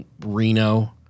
Reno